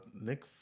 Nick